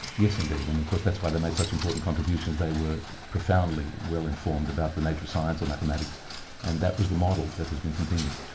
yes, indeed, and of course that's why they made such important contributions. they were profoundly well informed about the nature of science or mathematics and that was the model that has been continued.